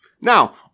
Now